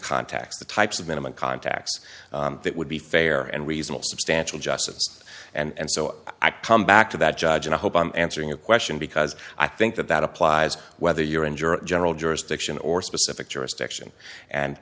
contacts the types of minimum contacts that would be fair and reasonable substantial justice and so i come back to that judge and i hope i'm answering your question because i think that that applies whether you're in your general jurisdiction or specific jurisdiction and